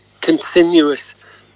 continuous